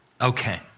Okay